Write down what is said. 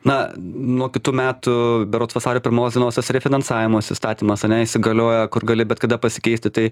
na nuo kitų metų berods vasario pirmos dienos tas refinansavimo įstatymas ane įsigalioja kur gali bet kada pasikeisti tai